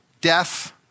death